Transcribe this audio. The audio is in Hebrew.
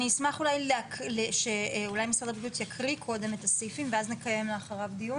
אני אשמח שמשרד הבריאות יקריא קודם את הסעיפים ואז נקיים דיון.